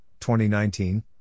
2019